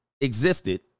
existed